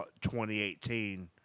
2018